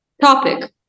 topic